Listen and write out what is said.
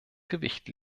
gewicht